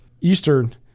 Eastern